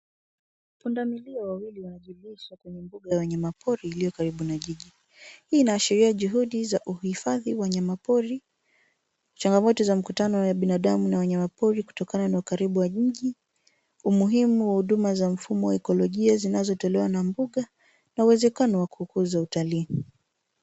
Pundamilia wawili wanajilisha kwenye mbuga ya wanyama pori iliyo karibu na jiji. Hii inaashiria juhudi za uhifadhi wanyama pori, changamoto za mkutano wa binadamu na wanyama pori kutokana na ukaribu wa mji, umuhimu wa huduma za mfumo wa ecolojia zinazotolewa na mbuga na uwezekano wa kukuza utalii.